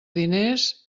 diners